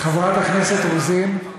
חברת הכנסת רוזין,